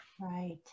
Right